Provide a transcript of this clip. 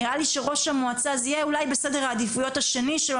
נראה לי שזה אולי יהיה בסדר עדיפויות שני של ראש